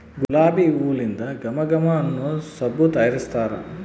ಗುಲಾಬಿ ಹೂಲಿಂದ ಘಮ ಘಮ ಅನ್ನೊ ಸಬ್ಬು ತಯಾರಿಸ್ತಾರ